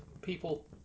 people